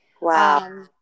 Wow